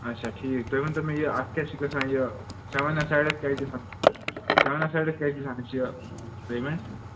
اچھا ٹھیٖک تُہۍ ؤنتَو مےٚ یہِ اَتھ کیٛاہ چھُ گژھان یہِ سیٚون ایٚسایڈَس کیٛاہ چھِ گژھان سیٚوَن ایٚسایڈَس کیٛاہ چھِ گژھان اَسہِ یہِ پیمینٹ